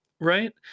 right